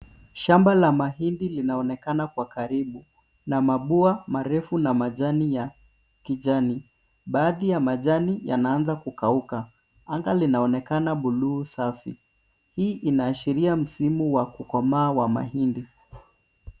Shamba la mahindi linaonekana kwa karibu, na mabua marefu na majani ya kijani. Baadhi ya majani yanaanza kukauka. Anga linaonekana buluu safi. Hii inaashiria msimu wa kukomaa wa mahindi.